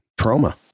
Trauma